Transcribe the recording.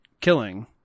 killing